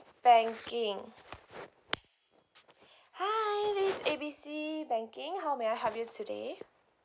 banking hi this is A B C banking how may I help you today